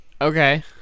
Okay